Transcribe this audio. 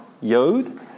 Yod